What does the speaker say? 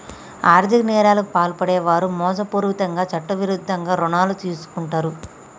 ఆర్ధిక నేరాలకు పాల్పడే వారు మోసపూరితంగా చట్టవిరుద్ధంగా రుణాలు తీసుకుంటరు